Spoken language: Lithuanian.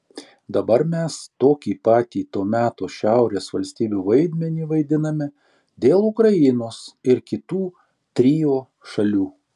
dabar mes tokį patį to meto šiaurės valstybių vaidmenį vaidiname dėl ukrainos ir kitų trio šalių